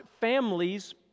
families